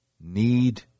need